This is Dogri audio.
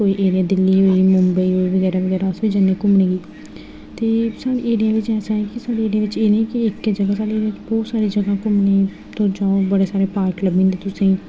कोई एरिया दिल्ली होई मुंबई बगैरा अस बी घूमने जन्ने ते साढ़े एरिया बिच ऐसा ऐ की साढ़े एरिया बिच एह् निं ऐ कि बहोत सारी जगहां घूमने ई तुस जाओ बहोत सारे पार्क लब्भी जन्दे तुसें ई घूमने ई